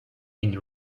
been